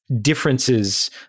differences